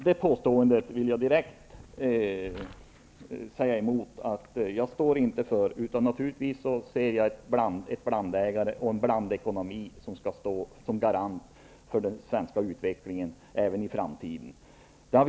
Jag vill alltså direkt säga att jag inte står för uppfattningen att staten skall äga allt, utan jag anser naturligtvis att det är en blandekonomi som skall stå som garant för den svenska utvecklingen även i framtiden.